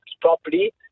properly